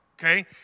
okay